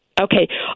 Okay